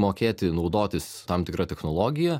mokėti naudotis tam tikra technologija